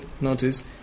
notice